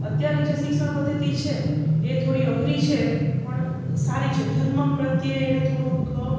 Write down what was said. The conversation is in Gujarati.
અત્યારની જે શિક્ષણ પદ્ધતિ છે એ થોડી અઘરી છે પણ સારી છે ધર્મ પ્રત્યે એને થોડુંક